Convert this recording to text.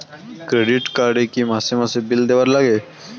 Credit card এ কি মাসে মাসে বিল দেওয়ার লাগে?